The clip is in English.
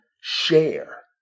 share